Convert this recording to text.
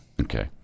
okay